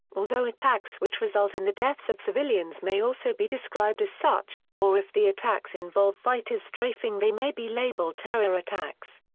although attacks which result in the deaths of civilians may also be described as such, or if the attacks involve fighters strafing they may be labelled terror attacks.